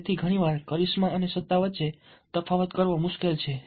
તેથી ઘણી વાર કરિશ્મા અને સત્તા વચ્ચે તફાવત કરવો મુશ્કેલ છે